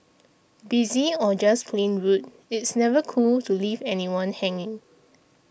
busy or just plain rude it's never cool to leave anyone hanging